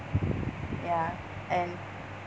ya and